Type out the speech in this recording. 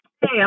hey